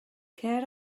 cer